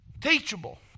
Teachable